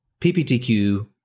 PPTQ